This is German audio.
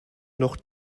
noch